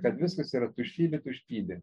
kad viskas yra tuštybių tuštybė